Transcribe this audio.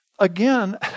Again